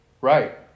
Right